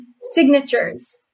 signatures